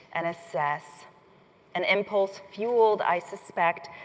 and assess an impulse fueled, i suspect,